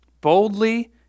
Boldly